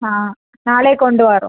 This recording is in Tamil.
ஆ நாளைக்கு கொண்டு வர்றோம்